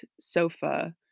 sofa